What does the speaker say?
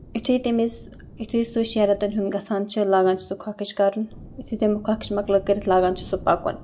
یِتھُے تٔمِس یِتھُے سُہ شیٚن رٮ۪تن ہُند گژھان چھُ لگان چھُ سُہ کھۄکھش کرٕنۍ یِتھُے تٔمۍ کھۄکھس مۄکلٲو کٔرتۍ لاگان چھُ سُہ پَکُن